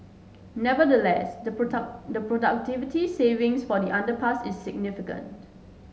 nevertheless the product productivity savings for the underpass is significant